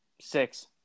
Six